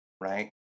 right